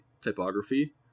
typography